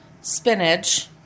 spinach